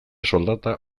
soldata